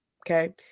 Okay